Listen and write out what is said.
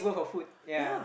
yeah